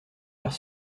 faire